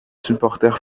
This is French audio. supporter